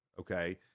okay